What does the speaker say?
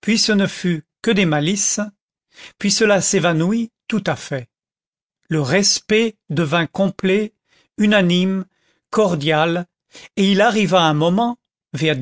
puis ce ne fut que des malices puis cela s'évanouit tout à fait le respect devint complet unanime cordial et il arriva un moment vers